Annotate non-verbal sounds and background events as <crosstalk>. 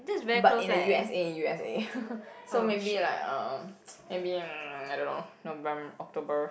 but in the U_S_A U_S_A <laughs> so maybe like um <noise> maybe I don't know Novem~ October